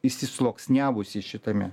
išsisluoksniavusi šitame